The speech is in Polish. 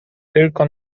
tylko